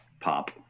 pop